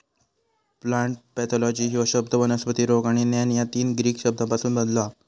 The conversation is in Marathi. प्लांट पॅथॉलॉजी ह्यो शब्द वनस्पती रोग आणि ज्ञान या तीन ग्रीक शब्दांपासून बनलो हा